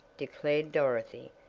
declared dorothy,